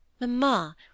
Mamma